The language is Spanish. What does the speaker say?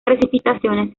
precipitaciones